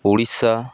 Odisha